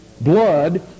blood